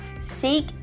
seek